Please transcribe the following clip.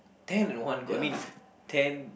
ten in one go I mean ten